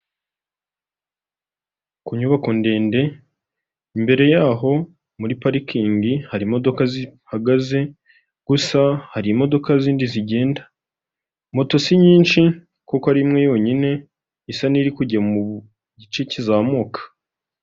Ku nyubako ndende, imbere y'aho muri parikingi hari imodoka zihagaze, gusa hari imodoka zindi zigenda; moto si nyinshi, kuko ari imwe yonyine isa n'iri kujya mu gice kizamuka.